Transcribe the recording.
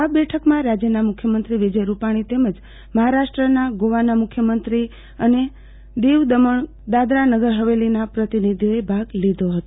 આ બેઠકમાં રાજ્યના મુખ્યમંત્રી વિજય રૂપાણી તેમજ મહારાષ્ટ્રના ગોવા મુખ્યમંત્રી અને દીવ દમણ દાદરા નગર હવેલીના પ્રતિનિધિઓએ ભાગ લીધો હતો